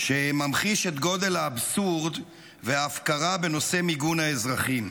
שממחיש את גודל האבסורד וההפקרה בנושא מיגון האזרחים.